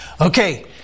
Okay